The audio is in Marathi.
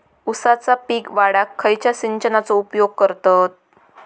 ऊसाचा पीक वाढाक खयच्या सिंचनाचो उपयोग करतत?